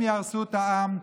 הם יהרסו את העם,